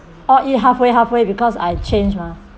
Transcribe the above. all eat it halfway halfway because I change mah